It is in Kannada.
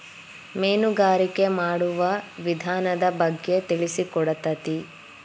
ಮೇನುಗಾರಿಕೆ ಮಾಡುವ ವಿಧಾನದ ಬಗ್ಗೆ ತಿಳಿಸಿಕೊಡತತಿ